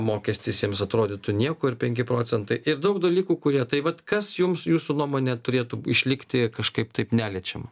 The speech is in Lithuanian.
mokestis jiems atrodytų nieko ir penki procentai ir daug dalykų kurie tai vat kas jums jūsų nuomone turėtų išlikti kažkaip taip neliečiama